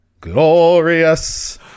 Glorious